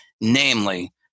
namely